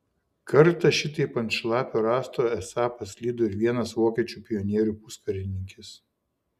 kartą šitaip ant šlapio rąsto esą paslydo ir vienas vokiečių pionierių puskarininkis